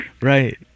Right